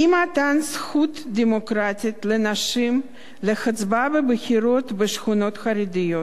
אי-מתן זכות דמוקרטית לנשים להצבעה בבחירות בשכונות חרדיות.